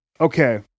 okay